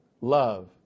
Love